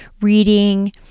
reading